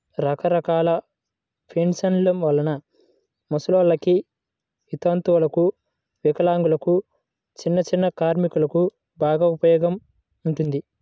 రకరకాల పెన్షన్ల వలన ముసలోల్లకి, వితంతువులకు, వికలాంగులకు, చిన్నచిన్న కార్మికులకు బాగా ఉపయోగం ఉంటుంది